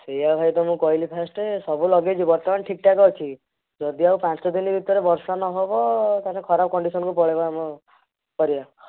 ସେୟା ଭାଇ ତ ମୁଁ କହିଲି ଫାଷ୍ଟ୍ ସବୁ ଲଗାଇଛୁ ବର୍ତ୍ତମାନ ଠିକ୍ଠାକ୍ ଅଛି ଯଦି ଆଉ ପାଞ୍ଚଦିନ ଭିତରେ ବର୍ଷା ନ ହେବ ତାହେଲେ ଖରାପ କଣ୍ଡିସନକୁ ପଳାଇବ ଆମ ପରିବା